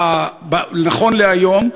נכון להיום.